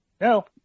No